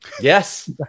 Yes